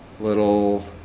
little